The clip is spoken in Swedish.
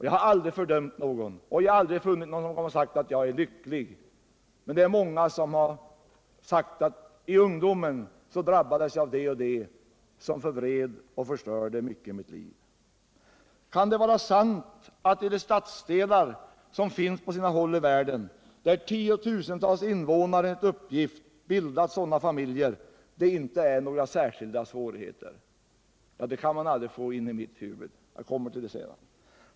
Jag har aldrig fördömt någon eller funnit någon som sagt: ”Jag är lycklig”, utan många har i stället sagt: ”I ungdomen drabbades jag av det och det, som förvred och förstörde mitt liv.” Kan det vara sant att det finns stadsdelar på sina håll i världen där tiotusentals invånare enligt uppgift bildar sådana familjer, men att där inte uppstår några särskilda svårigheter? Det kan man aldrig få in i mitt huvud! — Jag kommer till det sedan.